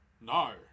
No